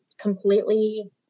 completely